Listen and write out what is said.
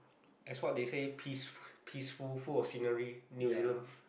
as what they say peace peaceful full of scenery new-zealand